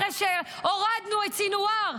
אחרי שהורדנו את סנוואר,